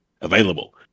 available